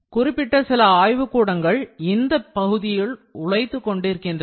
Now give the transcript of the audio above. குறிப்பிட்ட சில ஆய்வுக்கூடங்கள் இந்த பகுதியில் உழைத்துக் கொண்டிருக்கின்றன